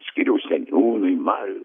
skyriaus seniūnui mariui